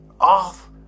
off